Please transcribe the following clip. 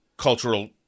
cultural